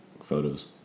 photos